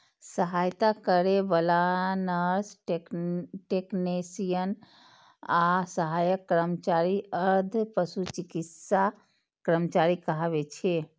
सहायता करै बला नर्स, टेक्नेशियन आ सहायक कर्मचारी अर्ध पशु चिकित्सा कर्मचारी कहाबै छै